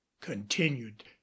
continued